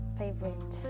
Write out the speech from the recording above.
favorite